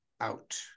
out